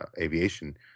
Aviation